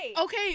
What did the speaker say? Okay